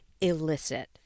illicit